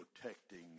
protecting